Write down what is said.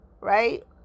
right